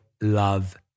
love